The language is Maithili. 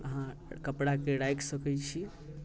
अहाँ कपड़ाकेँ राखि सकैत छी